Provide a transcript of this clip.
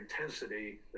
intensity